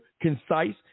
concise